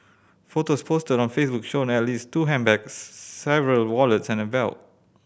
photos posted on Facebook showed at least two handbags several wallets and a belt